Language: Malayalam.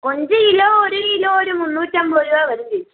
കൊഞ്ച് കിലോ ഒരു കിലോ ഒരു മുന്നൂറ്റമ്പത് രൂപ വരും ചേച്ചി